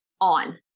on